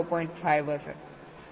5 હશે